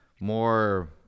more